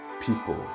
people